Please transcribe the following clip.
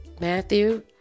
Matthew